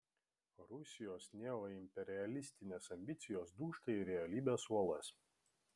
rusijos neoimperialistinės ambicijos dūžta į realybės uolas